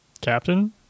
Captain